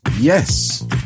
Yes